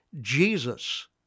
Jesus